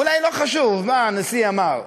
אולי לא חשוב מה הנשיא אמר,